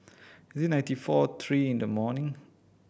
is ninety four three in the morning